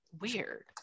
Weird